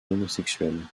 homosexuels